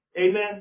Amen